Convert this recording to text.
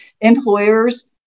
employers